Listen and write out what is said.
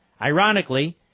Ironically